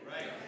Right